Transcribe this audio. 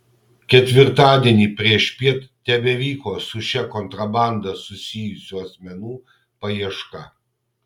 ketvirtadienį priešpiet tebevyko su šia kontrabanda susijusių asmenų paieška